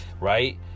right